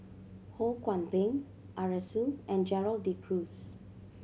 Ho Kwon Ping Arasu and Gerald De Cruz